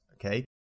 okay